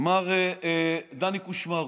מר דני קושמרו,